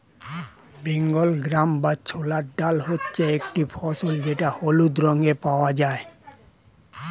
Bengal gram বা ছোলার ডাল হচ্ছে একটি ফসল যেটা হলুদ রঙে পাওয়া যায়